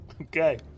Okay